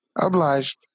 Obliged